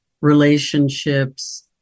relationships